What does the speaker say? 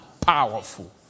powerful